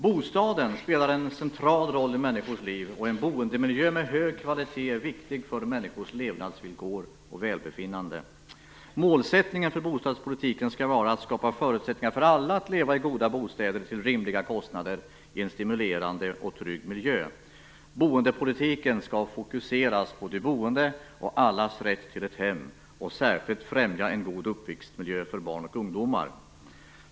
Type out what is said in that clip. Bostaden spelar en mycket central roll i människors liv, och en boendemiljö med hög kvalitet är viktig för människors levnadsvillkor och välbefinnande. Målsättningen för bostadspolitiken skall vara att skapa förutsättningar för alla att leva i goda bostäder till rimliga kostnader i en stimulerande och trygg miljö. Boendepolitiken skall fokuseras på de boende och allas rätt till ett hem och särskilt främja en god uppväxtmiljö för barn och ungdomar.